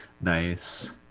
Nice